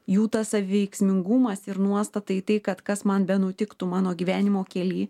jų tas veiksmingumas ir nuostata į tai kad kas man benutiktų mano gyvenimo kely